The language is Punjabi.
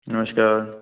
ਨਮਸਕਾਰ